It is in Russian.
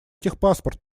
техпаспорт